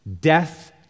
Death